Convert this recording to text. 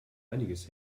einiges